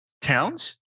towns